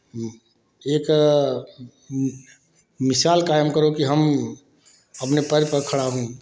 एक मिसाल कायम करो कि हम अपने पैर पर खड़ा हूँ